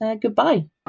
goodbye